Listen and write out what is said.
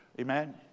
Amen